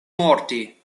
morti